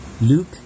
Luke